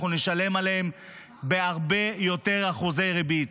אנחנו נשלם עליהן הרבה יותר אחוזי ריבית.